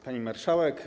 Pani Marszałek!